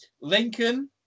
Lincoln